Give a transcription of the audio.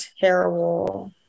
terrible